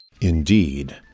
Indeed